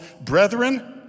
brethren